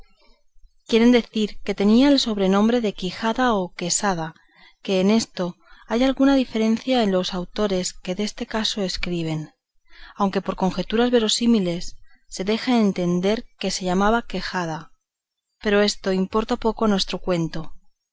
quieren decir que tenía el sobrenombre de quijada o quesada que en esto hay alguna diferencia en los autores que deste caso escriben aunque por conjeturas verosímiles se deja entender que se llamaba quejana pero esto importa poco a nuestro cuento